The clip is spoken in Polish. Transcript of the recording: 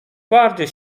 bardzo